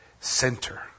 center